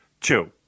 Two